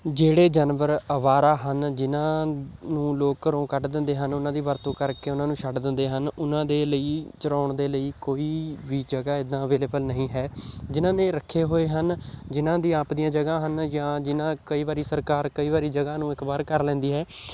ਜਿਹੜੇ ਜਾਨਵਰ ਅਵਾਰਾ ਹਨ ਜਿਨ੍ਹਾਂ ਨੂੰ ਲੋਕ ਘਰੋਂ ਕੱਢ ਦਿੰਦੇ ਹਨ ਉਹਨਾਂ ਦੀ ਵਰਤੋਂ ਕਰਕੇ ਉਹਨਾਂ ਨੂੰ ਛੱਡ ਦਿੰਦੇ ਹਨ ਉਹਨਾਂ ਦੇ ਲਈ ਚਰਾਉਣ ਦੇ ਲਈ ਕੋਈ ਵੀ ਜਗ੍ਹਾ ਇੱਦਾਂ ਅਵੇਲੇਵਲ ਨਹੀਂ ਹੈ ਜਿਨ੍ਹਾਂ ਨੇ ਰੱਖੇ ਹੋਏ ਹਨ ਜਿਨ੍ਹਾਂ ਦੀ ਆਪਦੀਆਂ ਜਗ੍ਹਾ ਹਨ ਜਾਂ ਜਿਨ੍ਹਾਂ ਕਈ ਵਾਰੀ ਸਰਕਾਰ ਕਈ ਵਾਰੀ ਜਗ੍ਹਾ ਨੂੰ ਐਕਵਾਇਰ ਕਰ ਲੈਂਦੀ ਹੈ